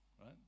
right